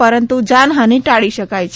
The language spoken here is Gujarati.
પરંતુ જાનહાનિ ટાળી શકાઈ છે